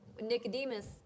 Nicodemus